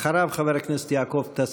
אחריו חבר הכנסת יעקב טסלר.